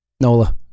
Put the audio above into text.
Nola